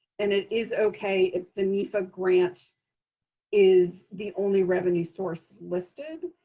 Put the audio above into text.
and it is ok if the nefa grant is the only revenue source listed.